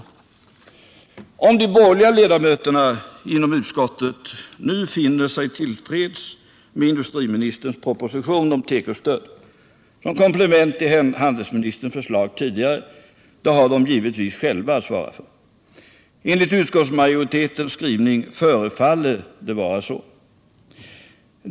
Om de borgerliga ledamöterna i utskottet nu finner sig till freds med industriministerns proposition om tekostöd som komplement till handelsministerns förslag tidigare har de givetvis själva att svara på. Enligt utskottsmajoritetens skrivning förefaller det vara så.